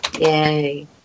Yay